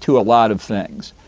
to a lot of things.